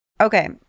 Okay